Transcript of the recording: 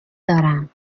دارم